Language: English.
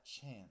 chance